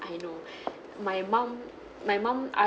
I know my mom my mom ask